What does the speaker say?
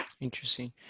Interesting